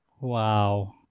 Wow